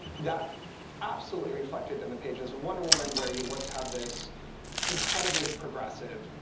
that absolutely reflected in the pages of wonder woman, where you once had this incredibly progressive,